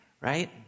right